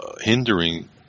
hindering